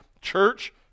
church